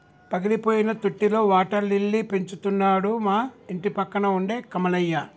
పగిలిపోయిన తొట్టిలో water lily పెంచుతున్నాడు మా ఇంటిపక్కన ఉండే కమలయ్య